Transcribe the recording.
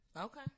Okay